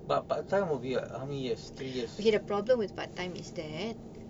but part time will be what how many years three years